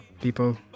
people